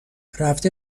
رفته